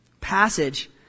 passage